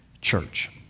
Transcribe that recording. Church